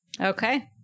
Okay